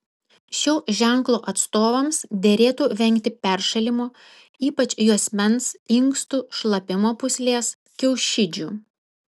šio ženklo atstovams derėtų vengti peršalimo ypač juosmens inkstų šlapimo pūslės kiaušidžių